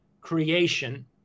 creation